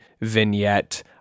vignette